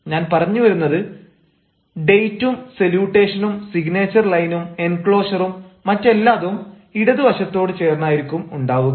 ഞാൻ പറഞ്ഞു വരുന്നത് ഡേറ്റും സല്യൂട്ടേഷനും സിഗ്നേച്ചർ ലൈനും എൻക്ലോഷറും മറ്റെല്ലാതും ഇടതുവശത്തോട് ചേർന്നായിരിക്കും ഉണ്ടാവുക